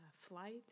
flight